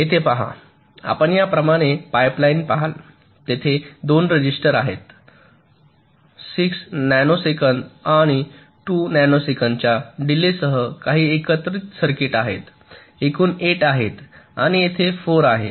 येथे पहा आपण या प्रमाणे पाईपलाईन पहाल तेथे 2 रजिस्टर आहेत 6 नॅनो सेकंद आणि 2 नॅनो सेकंदांच्या डिलेय सह काही एकत्रित सर्किट आहेत एकूण 8 आहेत आणि येथे 4 आहे